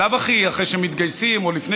בלאו הכי אחרי שמתגייסים או לפני